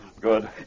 Good